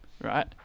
right